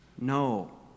No